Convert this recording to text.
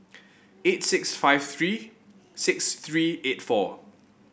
eight six five three six three eight four